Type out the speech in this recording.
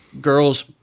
girls